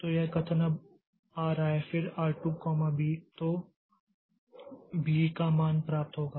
तो यह कथन यह अब आ रहा है और फिर R 2 B तो B का मान प्राप्त होगा